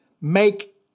make